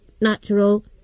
natural